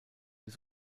des